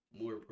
more